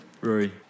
Rory